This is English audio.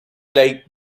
like